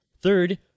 Third